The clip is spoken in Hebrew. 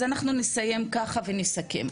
אז אנחנו נסיים ככה ונסכם,